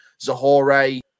Zahore